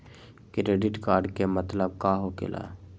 Credit card के मतलब का होकेला?